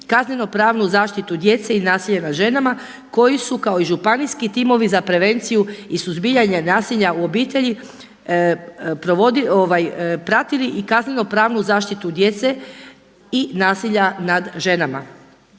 kazneno pravnu zaštitu djece i nasilje nad ženama koji su kao i županijski timovi za prevenciju i suzbijanje nasilja u obitelji pratili i kazneno-pravnu zaštitu djece i nasilja nad ženama.